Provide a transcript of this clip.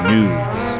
News